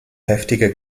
heftige